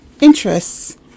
interests